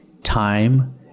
Time